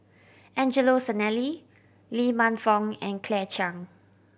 Angelo Sanelli Lee Man Fong and Claire Chiang